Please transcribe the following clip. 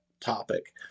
topic